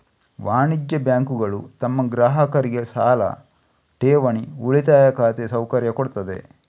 ವಾಣಿಜ್ಯ ಬ್ಯಾಂಕುಗಳು ತಮ್ಮ ಗ್ರಾಹಕರಿಗೆ ಸಾಲ, ಠೇವಣಿ, ಉಳಿತಾಯ ಖಾತೆ ಸೌಕರ್ಯ ಕೊಡ್ತವೆ